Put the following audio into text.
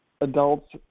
adults